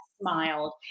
smiled